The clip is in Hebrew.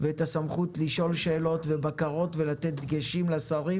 והסמכות לשאול שאלות ולתת דגשים לשרים